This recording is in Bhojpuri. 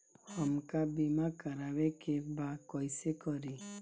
हमका बीमा करावे के बा कईसे करी?